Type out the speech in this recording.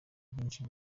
byinshi